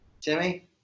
Timmy